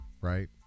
right